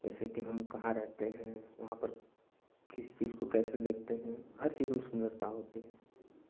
जैसे कि हम कहाँ रहते हैं वहाँ पर किसी चीज़ को कैसे देखते हैं हर चीज़ में सुन्दरता होती है